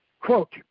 Quote